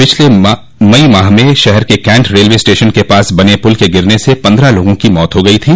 पिछले मई माह में शहर के कैंट रेलवे स्टेशन के पास बने पुल के गिरने से पन्द्रह लोगों की मौत हो गई थी